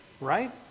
right